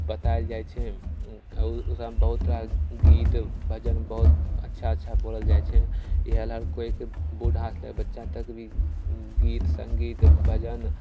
बताएल जाइत छै आ ओ ओकरामे बहुत रास गीत भजन बहुत अच्छा अच्छा बोलल जाइत छै इएह ला केओके बूढ़ा से लैके बच्चा तक भी गीत सङ्गीत भजन